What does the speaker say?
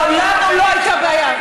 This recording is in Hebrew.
לא, לנו לא הייתה בעיה.